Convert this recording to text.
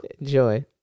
Enjoy